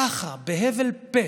ככה, בהבל פה.